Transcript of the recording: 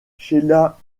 sheila